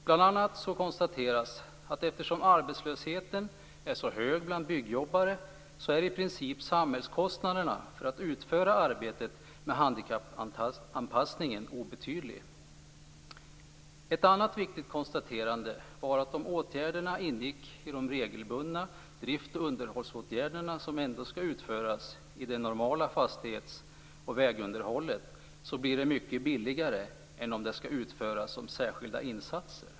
Bl.a. konstateras att eftersom arbetslösheten är så hög bland byggjobbare, är samhällskostnaderna för att utföra arbetet med handikappanpassningen i princip obetydlig. Ett annat viktigt konstaterande var att om åtgärderna ingick i de regelbundna drifts och underhållsåtgärderna som ändå skall utföras i det normala fastighets och vägunderhållet, blir det hela mycket billigare än om de skall utföras som särskilda insatser.